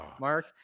mark